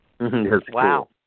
Wow